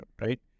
right